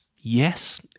Yes